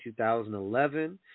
2011